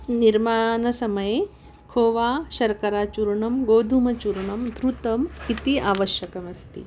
निर्माणसमये खोवा शर्कराचूर्णं गोधूमचूर्णं घृतम् इति आवश्यकमस्ति